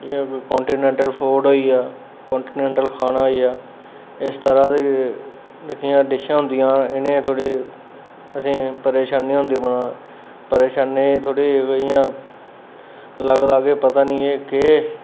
जि'यां कोई continental food होई गेआ कांटीनैंटल खाना होई गेआ इस तरह् दे गै केईं डिशां होंदियां न इ'नें गी थोह्ड़ी असें गी परेशानी होंदी बनाना परेशानी थोह्ड़ी इ'यां लगदा नेईं पता एह् केह्